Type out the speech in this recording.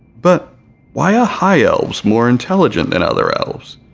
but why are high elves more intelligent than other elves?